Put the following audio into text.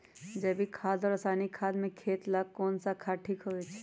जैविक खाद और रासायनिक खाद में खेत ला कौन खाद ठीक होवैछे?